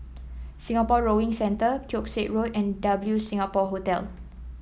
Singapore Rowing Centre Keong Saik Road and W Singapore Hotel